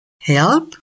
help